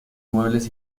muebles